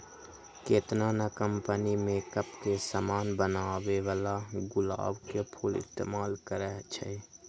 केतना न company makeup के समान बनावेला गुलाब के फूल इस्तेमाल करई छई